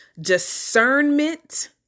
discernment